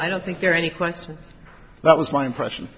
i don't think there are any question that was my impression